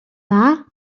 dda